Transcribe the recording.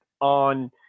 on